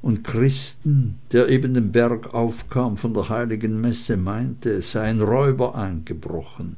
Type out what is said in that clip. und christen der eben den berg aufkam von der heiligen messe meinte es seien räuber eingebrochen